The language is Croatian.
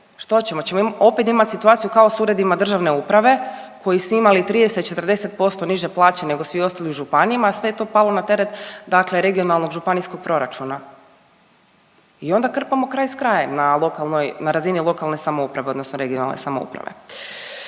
Što ćemo? Ćemo opet imati situaciju kao s uredima državne uprave koji su imali 30 – 40% niže plaće nego svi ostali u županijama, a sve je to palo na teret dakle regionalnog županijskog proračuna. I onda krpamo kraj s krajem na lokalnoj, na razini lokalne samouprave odnosno regionalne samouprave.